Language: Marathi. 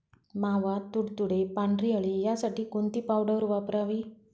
मावा, तुडतुडे, पांढरी अळी यासाठी कोणती पावडर वापरावी?